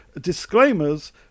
disclaimers